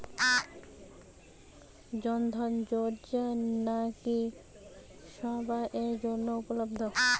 জন ধন যোজনা কি সবায়ের জন্য উপলব্ধ?